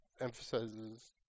emphasizes